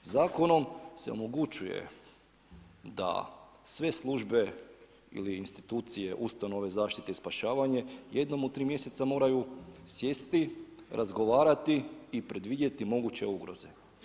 Zakonom se omogućuje da sve službe ili institucije, ustanove, zaštite i spašavanje jednom u 3 mjeseca moraju sjesti, razgovarati i predvidjeti moguće ugroze.